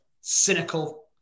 cynical